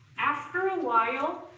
after a while,